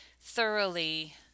thoroughly